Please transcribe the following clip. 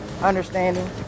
understanding